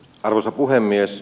arvoisa puhemies